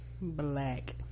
Black